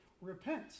Repent